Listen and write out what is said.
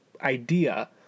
idea